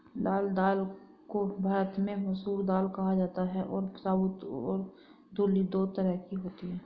लाल दाल को भारत में मसूर दाल कहा जाता है और साबूत और धुली दो तरह की होती है